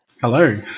Hello